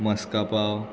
मस्का पाव